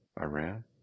Iran